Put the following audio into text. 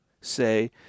say